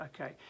Okay